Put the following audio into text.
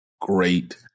great